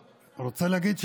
אני רוצה להגיד,